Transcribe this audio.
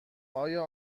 آیا